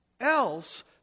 else